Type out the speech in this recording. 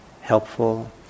helpful